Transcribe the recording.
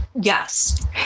Yes